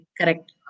correct